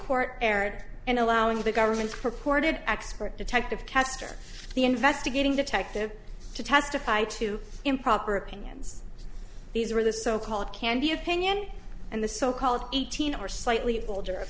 court erred in allowing the government's purported expert detective castor the investigating detective to testify to improper opinions these are the so called candy opinion and the so called eighteen or slightly older